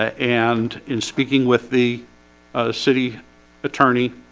and in speaking with the ah city attorney